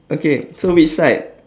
okay so which side